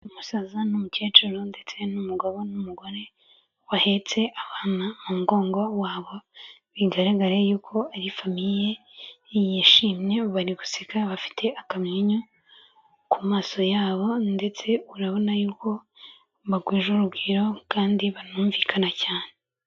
Umusaza n'umukecuru ndetse n'umugabo n'umugore bahetse abana mu mugongo wabo bigaragara yuko ari famiye yishimye bari guseka bafite akamwenyu ku maso yabo ndetse urabona yuko bagwije urugwiro kandi banumvikana cyane.